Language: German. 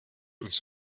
uns